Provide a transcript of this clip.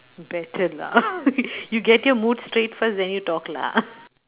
better lah you get mood straight first then you talk lah